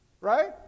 Right